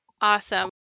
Awesome